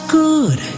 good